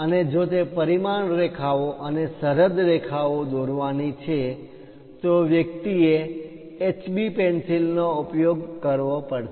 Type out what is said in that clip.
અને જો તે પરિમાણ રેખાઓ અને સરહદ રેખા ઓ દોરવાની છે તો વ્યક્તિએ HB પેન્સિલનો ઉપયોગ કરવો પડશે